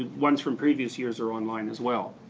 ones from previous years are online as well.